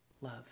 love